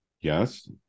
Yes